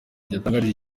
yatangarije